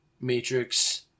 Matrix